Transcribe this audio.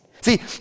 See